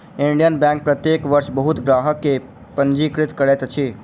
Indian Bank प्रत्येक वर्ष बहुत ग्राहक के पंजीकृत करैत अछि